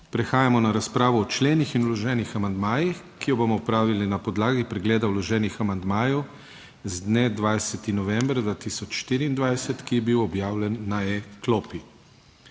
Prehajamo na razpravo o členih in vloženih amandmajih, ki jo bomo opravili na podlagi pregleda vloženih amandmajev z dne 20. november 2024, ki je bil objavljen na e-klopi.